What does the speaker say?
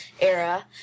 era